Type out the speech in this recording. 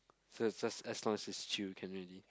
so it's just as long it's chill can already